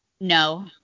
No